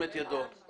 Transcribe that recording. חוק למניעת הסתננות (עבירות ושיפוט) (הוראת שעה) (תיקון מס' 4)